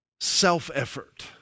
self-effort